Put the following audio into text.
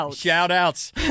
Shout-outs